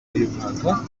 y’umwaka